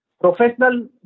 professional